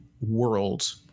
world